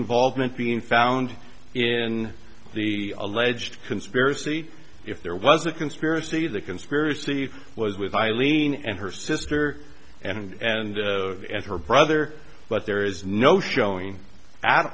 involvement being found in the alleged conspiracy if there was a conspiracy the conspiracy was with eileen and her sister and her brother but there is no showing at